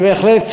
אני בהחלט